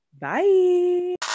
bye